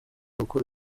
gukora